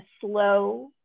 slow